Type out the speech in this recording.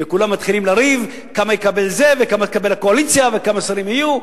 וכולם מתחילים לריב כמה יקבל זה וכמה תקבל הקואליציה וכמה שרים יהיו.